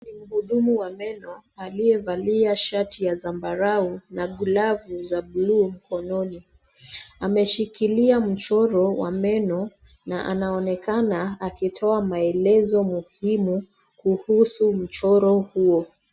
Ni mhudumu wa meno aliyevalia shati ya zambarau na glavu za buluu mkononi. Ameshikilia mchoro wa meno na anaonekana akitoa maelezo muhimu kuhusu mchoro huo.